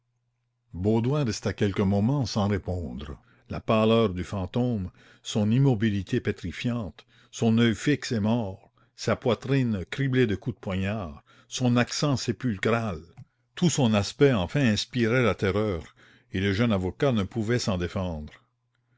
resta quelques momens sans répondre la pâleur du fantôme son immobilité pétrifiante son oeil fixe et mort sa poitrine criblée de coups de poignard son accent sépulchral tout son aspect enfin inspirait la terreur et le jeune avocat ne pouvait s'en défendre